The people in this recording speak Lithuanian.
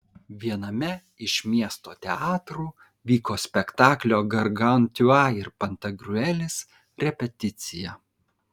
viename iš miesto teatrų vyko spektaklio gargantiua ir pantagriuelis repeticija